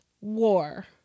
war